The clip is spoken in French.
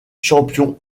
champion